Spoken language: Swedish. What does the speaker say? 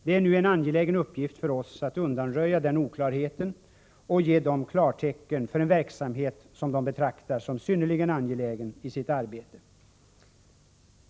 Det är nu en angelägen uppgift för oss att undanröja den oklarheten och ge dem klartecken för en verksamhet som de betraktar som synnerligen angelägen i sitt arbete.